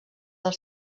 del